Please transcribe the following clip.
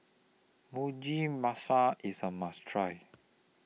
Mugi Meshi IS A must Try